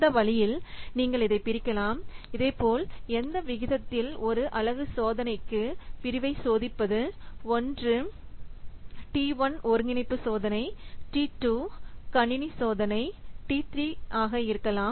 இந்த வழியில் நீங்கள் இதைப் பிரிக்கலாம் இதேபோல் எந்த விகிதத்தில்ஒரு அலகு சோதனைக்குபிரிவைச் சோதிப்பது T 1 ஒருங்கிணைப்பு சோதனை T 2 கணினி சோதனை T 3 ஆக இருக்கலாம்